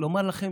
לומר לכם